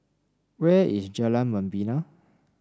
where is Jalan Membina